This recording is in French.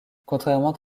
contrairement